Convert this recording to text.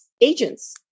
agents